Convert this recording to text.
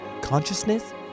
consciousness